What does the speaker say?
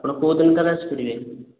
ଆପଣ କେଉଁଦିନ ତାହେଲେ ଆସିପାରିବେ